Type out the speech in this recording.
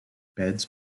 beds